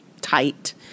tight